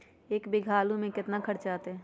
एक बीघा आलू में केतना खर्चा अतै?